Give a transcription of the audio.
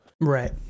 Right